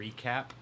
Recap